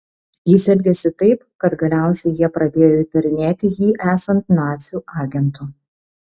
jis elgėsi taip kad galiausiai jie pradėjo įtarinėti jį esant nacių agentu